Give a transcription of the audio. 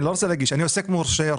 אני עוסק מורשה,